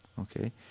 okay